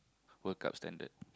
World-Cup standard